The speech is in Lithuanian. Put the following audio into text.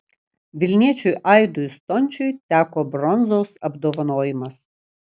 vilniečiui aidui stončiui teko bronzos apdovanojimas